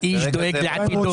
האיש דואג לעתידו.